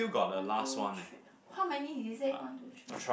one two three how many did he say one two three